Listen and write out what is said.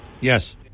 Yes